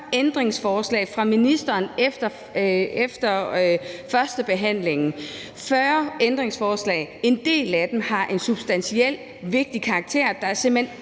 ændringsforslag af ministeren efter førstebehandlingen – over 40 ændringsforslag. En del af dem har en substantiel, vigtig karakter, der simpelt hen